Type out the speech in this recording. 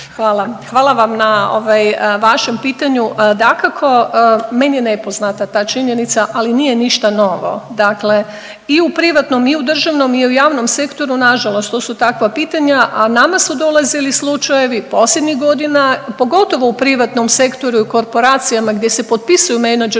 Hvala. Hvala vam na ovaj, vašem pitanju. Dakako, meni je nepoznata ta činjenica, ali nije ništa novo. Dakle i u privatnom i u državnom i javnom sektoru nažalost, to su takva pitanja, a nama su dolazili slučajevi posljednjih godina, pogotovo u privatnom sektoru i korporacijama gdje se potpisuju menadžerski